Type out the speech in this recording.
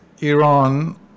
Iran